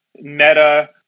meta